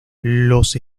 los